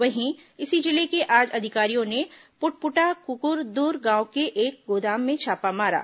वहीं इसी जिले में आज अधिकारियों ने पुटपुटा कुकदूर गांव के एक गोदाम में छापा मारा